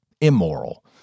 immoral